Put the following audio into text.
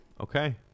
Okay